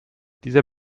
dieser